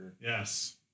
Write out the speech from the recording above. Yes